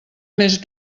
més